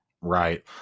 right